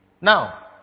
Now